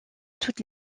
toutes